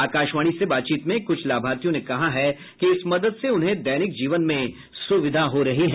आकाशवाणी से बातचीत में कुछ लाभार्थियों ने कहा है कि इस मदद से उन्हें दैनिक जीवन में सुविधा हो रही है